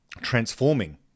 transforming